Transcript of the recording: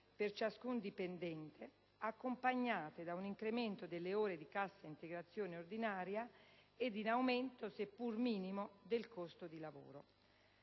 per ciascun dipendente, accompagnate da un incremento delle ore di cassa integrazione ordinaria e di un aumento, seppur minimo, del costo del lavoro.